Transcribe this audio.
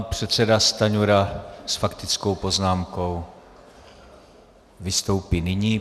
Pan předseda Stanjura s faktickou poznámkou vystoupí nyní.